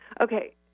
Okay